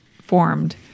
formed